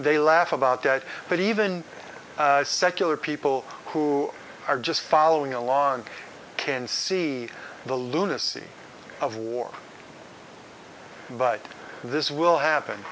they laugh about that but even secular people who are just following along can see the lunacy of war but this will happen